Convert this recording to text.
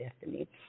destiny